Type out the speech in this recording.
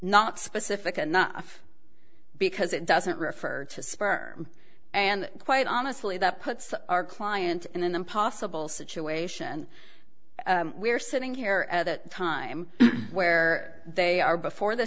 not specific enough because it doesn't refer to sperm and quite honestly that puts our client in an impossible situation we're sitting here at the time where they are before the